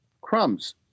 crumbs